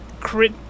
Crit